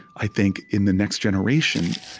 i think, in the next generation,